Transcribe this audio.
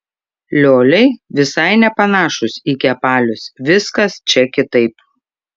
lioliai visai nepanašūs į kepalius viskas čia kitaip